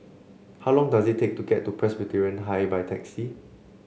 how long does it take to get to Presbyterian High by taxi